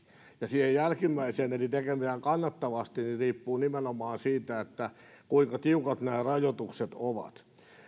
ja se jälkimmäinen eli tekemään kannattavasti riippuu nimenomaan siitä kuinka tiukat nämä rajoitukset ovat